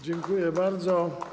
Dziękuję bardzo.